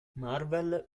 marvel